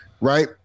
right